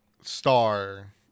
star